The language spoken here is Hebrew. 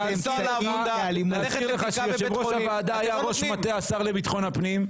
יושב ראש הוועדה היה ראש מטה השר לביטחון הפנים.